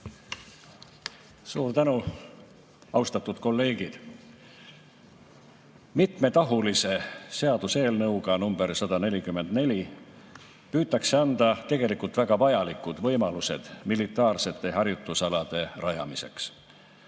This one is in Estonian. Suur tänu! Austatud kolleegid! Mitmetahulise seaduseelnõuga nr 144 püütakse anda tegelikult väga vajalikud võimalused militaarsete harjutusalade rajamiseks.